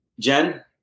Jen